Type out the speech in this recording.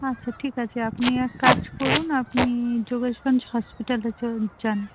আচ্ছা ঠিক আছে আপনি এক কাজ করুন আপনি যোগেশগঞ্জ হসপিটালে চলে যান